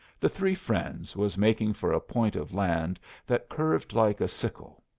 the three friends was making for a point of land that curved like a sickle.